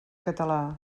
català